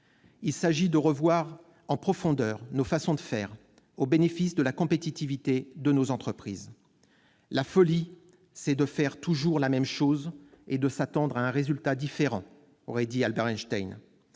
Il s'agit de revoir en profondeur nos façons de faire, au bénéfice de la compétitivité de nos entreprises. « La folie, c'est de faire toujours la même chose et de s'attendre à un résultat différent », aurait dit Albert Einstein.